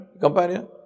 companion